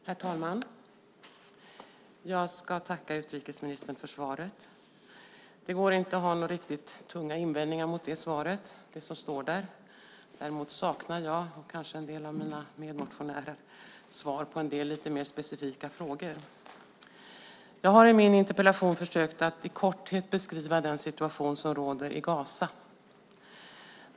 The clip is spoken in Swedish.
Herr talman! Jag tackar utrikesministern för svaret. Det går inte att ha några riktigt tunga invändningar mot det som står i svaret. Däremot saknar jag, och kanske en del av mina meddebattörer, svar på en del lite mer specifika frågor. Jag har i min interpellation försökt att i korthet beskriva den situation som råder i Gaza.